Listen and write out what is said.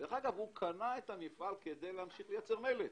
הוא קנה את המפעל כדי להמשיך לייצר מלט,